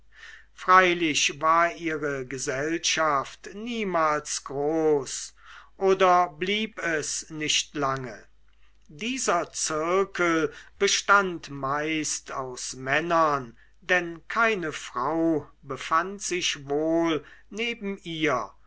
freilich war ihre gesellschaft niemals groß oder blieb es nicht lange dieser zirkel bestand meist aus männern denn keine frau befänd sich wohl neben ihr